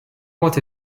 what